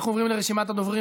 אנחנו עוברים לרשימת הדוברים.